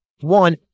One